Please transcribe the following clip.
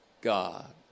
God